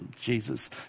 Jesus